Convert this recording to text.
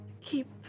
Keep